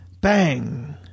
Bang